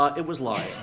ah it was lying.